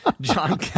John